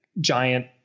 giant